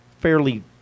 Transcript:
fairly